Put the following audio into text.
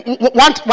one